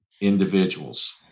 individuals